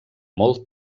molt